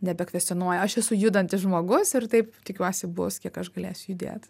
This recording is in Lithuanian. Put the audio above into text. nebekvestionuoju aš esu judantis žmogus ir taip tikiuosi bus kiek aš galėsiu judėti